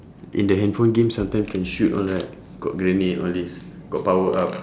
in the handphone games sometimes can shoot all right got grenade all this got power up